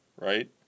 right